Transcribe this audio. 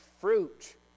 fruit